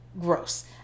gross